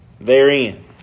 therein